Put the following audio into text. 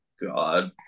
god